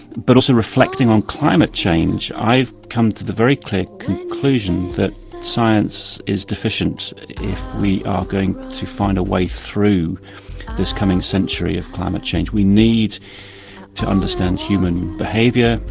but also reflecting on climate change, i've come to the very clear conclusion that science is deficient if we are going to find a way through this coming century of climate change. we need to understand human behaviour,